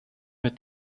mit